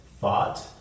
thought